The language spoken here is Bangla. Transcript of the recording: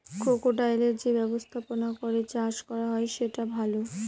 ক্রোকোডাইলের যে ব্যবস্থাপনা করে চাষ করা হয় সেটা ভালো